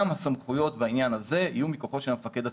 גם הסמכויות בעניין הזה יהיו מכוחו של המפקד הצבאי.